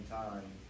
time